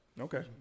Okay